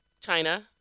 China